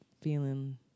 feeling